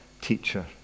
teacher